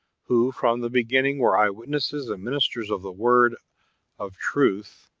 who from the beginning were eye-witnesses and ministers of the word of truth,